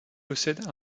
possède